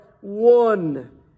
one